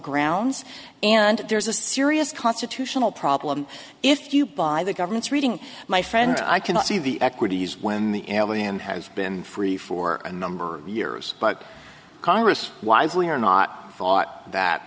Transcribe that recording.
grounds and there's a serious constitutional problem if you by the government's reading my friend i cannot see the equities when the alien has been free for a number of years but congress wisely or not thought that